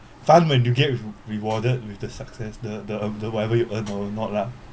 fun when you get rewarded with the success the the whatever you earn or not lah